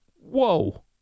Whoa